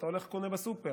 אתה הולך וקונה בסופר,